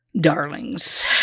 darlings